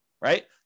right